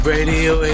Radio